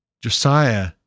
Josiah